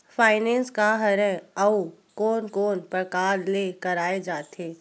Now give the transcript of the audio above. Finance का हरय आऊ कोन कोन प्रकार ले कराये जाथे?